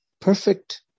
perfect